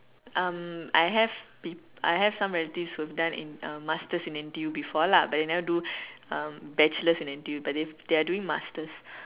uh I have peep I have some relatives who have done in uh masters in N_T_U before lah but they never do um bachelors in N_T_U but they're doing masters